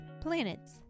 planets